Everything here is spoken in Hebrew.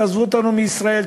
תעזבו אותנו מישראל,